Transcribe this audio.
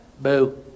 Boo